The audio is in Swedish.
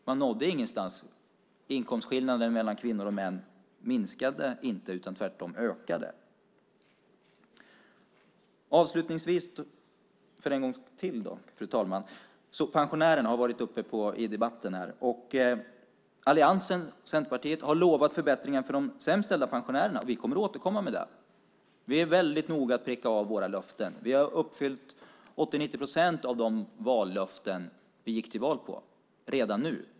Man nådde ingenstans. Inkomstskillnaderna mellan kvinnor och män minskade inte, utan tvärtom ökade de. Avslutningsvis - en gång till då - fru talman, har pensionärerna kommit på tal i debatten här. Alliansen - Centerpartiet - har lovat förbättringar för de sämst ställda pensionärerna. Vi kommer att återkomma med det. Vi är väldigt noga med att pricka av våra löften. Vi har uppfyllt 80-90 procent av de löften vi gick till val på redan nu.